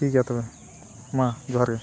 ᱴᱷᱤᱠ ᱜᱮᱭᱟ ᱛᱚᱵᱮ ᱢᱟ ᱡᱚᱦᱟᱨ ᱜᱮ